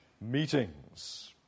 meetings